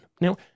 Now